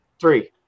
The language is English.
Three